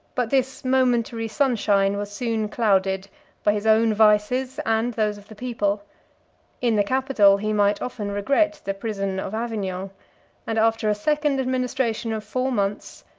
but this momentary sunshine was soon clouded by his own vices and those of the people in the capitol, he might often regret the prison of avignon and after a second administration of four months,